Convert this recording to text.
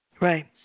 Right